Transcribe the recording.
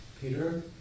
Peter